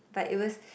but it was